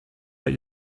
but